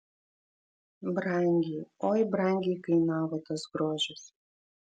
brangiai oi brangiai kainavo tas grožis